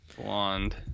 Blonde